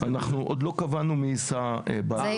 אנחנו עוד לא קבענו מי יישא בעלות.